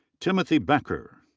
timothy becker.